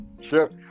Sure